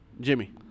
Jimmy